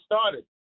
started